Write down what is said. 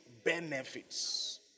Benefits